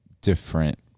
different